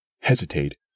Hesitate